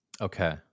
Okay